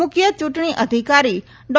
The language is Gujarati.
મુખ્ય ચૂંટણી અધિકારી ડો